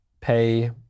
pay